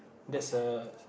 that's a